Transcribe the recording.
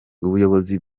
ubuyobozi